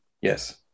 Yes